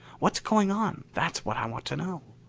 what's going on, that's what i want to know?